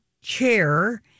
chair